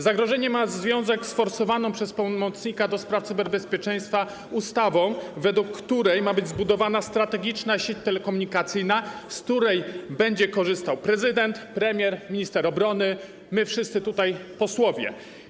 Zagrożenie ma związek z forsowaną przez pełnomocnika ds. cyberbezpieczeństwa ustawą, według której ma być zbudowana strategiczna sieć telekomunikacyjna, z której będzie korzystał prezydent, premier, minister obrony, będziemy korzystali my wszyscy tutaj, posłowie.